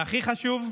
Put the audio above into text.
והכי חשוב,